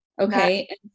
Okay